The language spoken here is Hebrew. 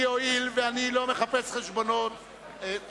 הואיל ואני לא מחפש חשבונות, רגע,